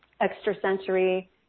extrasensory